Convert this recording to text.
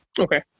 Okay